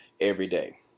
everyday